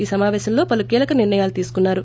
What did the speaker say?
ఈ సమాపేశంలో పలు కీలక నిర్ణయాలు తీసుకున్నారు